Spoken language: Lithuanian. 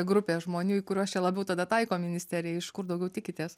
grupės žmonių į kuriuos čia labiau tada taiko ministerija iš kur daugiau tikitės